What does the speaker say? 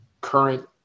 current